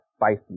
spicy